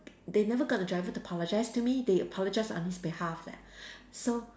they never got the driver to apologise to me they apologised on his behalf leh so